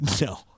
No